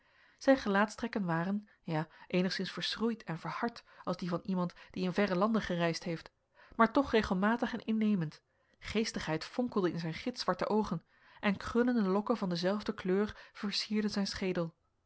zijn gelaatstrekken waren ja eenigszins verschroeid en verhard als die van iemand die in verre landen gereisd heeft maar toch regelmatig en innemend geestigheid fonkelde in zijn gitzwarte oogen en krullende lokken van dezelfde kleur versierden zijn schedel